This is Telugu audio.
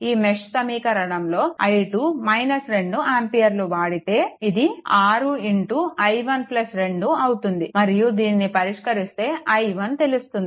ఈ మెష్ సమీకరణంలో i2 2 ఆంపియర్లు వాడితే ఇది 6i1 2 అవుతుంది మరియు దీనిని పరిష్కరిస్తే i1 తెలుస్తుంది